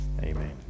Amen